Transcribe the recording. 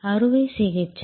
அறுவை சிகிச்சை